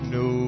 no